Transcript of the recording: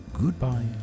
goodbye